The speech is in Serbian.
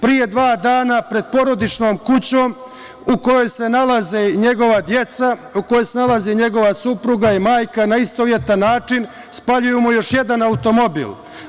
Pre dva dana pred porodičnom kućom u kojoj se nalaze njegova deca, u kojoj se nalaze njegova supruga i majka, na istovetan način spaljuju mu još jedan automobil.